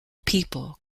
people